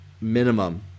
minimum